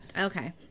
Okay